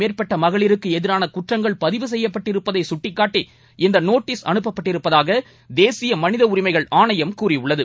மேற்பட்ட மகளிருக்கு எதிரான குற்றங்கள் பதிவு செய்யப்பட்டிருப்பதை கட்டிக் அனுப்பப்ப்ட்டிருப்பதாக தேசிய மனித உரிமைகள் ஆணையம் கூறியுள்ளது